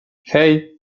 hey